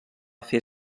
fer